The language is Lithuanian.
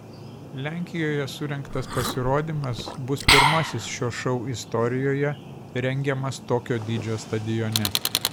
lenkijoje surengtas pasirodymas bus pirmasis šio šou istorijoje rengiamas tokio dydžio stadione